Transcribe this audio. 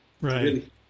Right